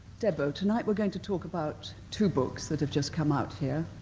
debo, tonight we're going to talk about two books that have just come out here,